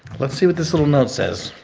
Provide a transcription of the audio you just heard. let's see what this little note says.